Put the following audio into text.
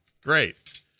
great